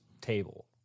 table